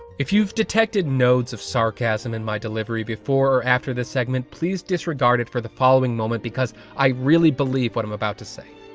if you've detected nodes of sarcasm in my delivery before or after this segment, please disregard it for this following moment, because i really believe what i'm about to say.